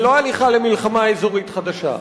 ולא הליכה למלחמה אזורית חדשה.